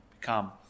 become